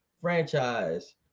franchise